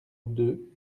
deux